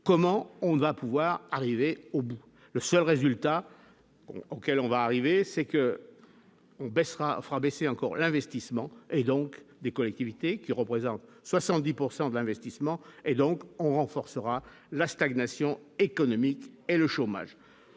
comment on va pouvoir arriver au bout, le seul résultat auquel on va arriver, c'est que on baissera fera baisser encore l'investissement et donc des collectivités, qui représentent 70 pourcent de l'investissement et donc on renforcera la stagnation économique et le chômage,